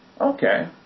Okay